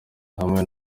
hamwe